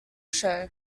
show